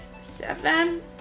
seven